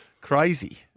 Crazy